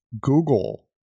Google